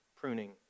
pruning